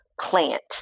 plant